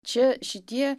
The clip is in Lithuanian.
čia šitie